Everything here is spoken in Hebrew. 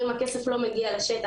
אם הכסף לא מגיע לשטח,